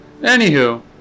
anywho